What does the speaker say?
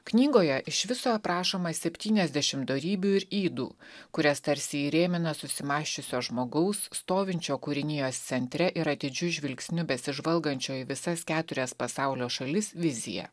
knygoje iš viso aprašoma septyniasdešim dorybių ir ydų kurias tarsi įrėmina susimąsčiusio žmogaus stovinčio kūrinijos centre ir atidžiu žvilgsniu besižvalgančio į visas keturias pasaulio šalis vizija